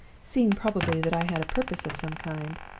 seeing probably that i had a purpose of some kind,